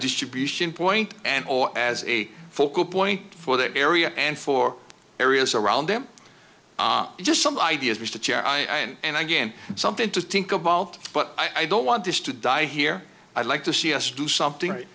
distribution point and or as a focal point for the area and for areas around them just some ideas to chair i and i again something to think about but i don't want this to die here i'd like to see us do something